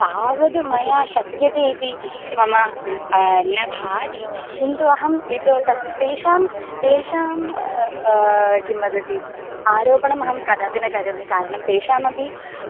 तावद् मया शक्यते इति मम न भाति किन्तु अहम् इतः तस्य तेषां तेषां किं वदति आरोपणमहं कदापि न करोमि कारणं तेषामपि